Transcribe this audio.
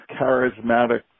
charismatic